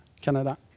Canada